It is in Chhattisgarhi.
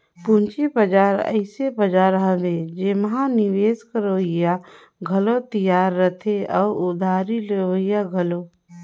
पंूजी बजार अइसे बजार हवे एम्हां निवेस करोइया घलो तियार रहथें अउ उधारी लेहोइया घलो